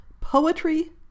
Poetry